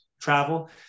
travel